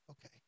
Okay